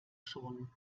schon